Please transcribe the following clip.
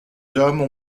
hommes